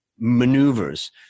Maneuvers